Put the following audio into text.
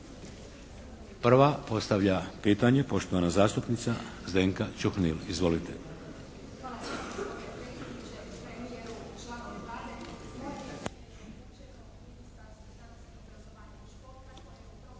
Prva postavlja pitanje poštovana zastupnica Zdenka Čuhnil. Izvolite.